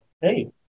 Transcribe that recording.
Hey